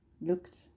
looked